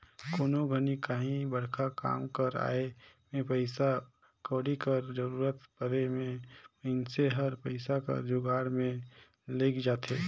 कोनो घनी काहीं बड़खा काम कर आए में पइसा कउड़ी कर जरूरत परे में मइनसे हर पइसा कर जुगाड़ में लइग जाथे